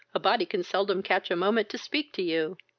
a body can seldom catch a moment to speak to you.